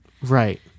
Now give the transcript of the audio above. Right